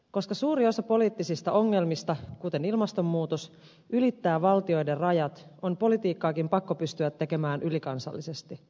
koska suuri osa poliittisista ongelmista kuten ilmastonmuutos ylittää valtioiden rajat on politiikkaakin pakko pystyä tekemään ylikansallisesti